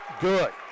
good